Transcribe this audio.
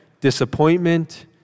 disappointment